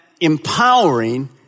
empowering